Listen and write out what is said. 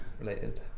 related